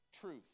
truth